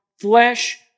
flesh